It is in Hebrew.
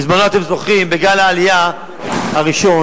בזמנו, אתם זוכרים, בגל העלייה הראשון,